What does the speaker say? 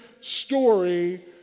story